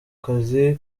kazi